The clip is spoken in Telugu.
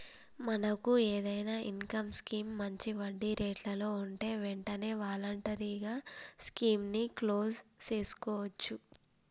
మనకు ఏదైనా ఇన్కమ్ స్కీం మంచి వడ్డీ రేట్లలో ఉంటే వెంటనే వాలంటరీగా స్కీమ్ ని క్లోజ్ సేసుకోవచ్చు